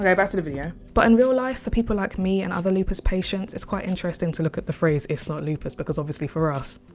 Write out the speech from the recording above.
okay back to the video. but in real life for people like me and other lupus patients it's quite interesting to look at the phrase it's not lupus because obviously for us,